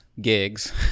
gigs